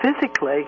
physically